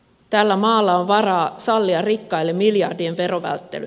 tällä maalla on varaa sallia rikkaille miljar dien verovälttely